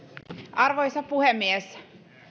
arvoisa puhemies